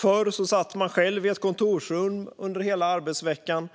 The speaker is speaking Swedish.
Förr satt man för sig själv i ett kontorsrum under hela arbetsveckan,